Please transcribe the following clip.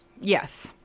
Yes